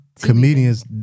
comedians